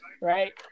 Right